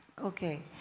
Okay